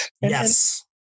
Yes